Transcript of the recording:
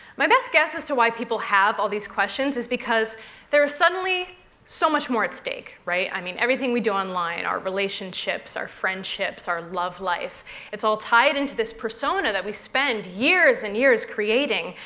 my best guess as to why people have all these questions is because there's suddenly so much more at stake. i mean everything we do online, our relationships, our friendships, our love life it's all tied into this persona that we spend years and years creating,